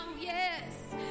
Yes